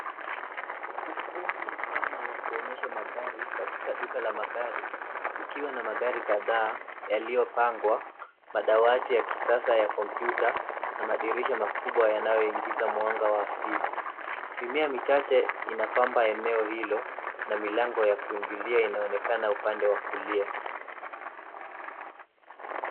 Ukumbi mpana wa kuonyesha magari katika duka la magari ukiwa na magari kadhaa yaliyopangwa, madawati ya kisasa ya kompyuta na madirisha makubwa yanayoingiza mwanga wa asili. Mimea michache inapamba eneo hilo na milango ya kuingilia inaonekana upande wa kulia.